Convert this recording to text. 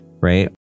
right